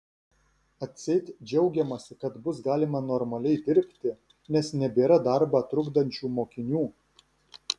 atseit džiaugiamasi kad bus galima normaliai dirbti nes nebėra darbą trukdančių mokinių